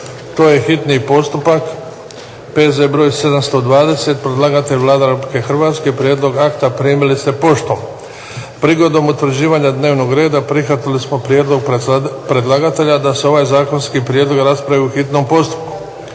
hitni postupak, P.Z. br. 720, predlagatelj je Vlada Republike Hrvatske. Prijedlog akta primili ste poštom. Prigodom utvrđivanja dnevnog reda prihvatili smo prijedlog predlagatelja da se ovaj zakonski prijedlog raspravi u hitnom postupku.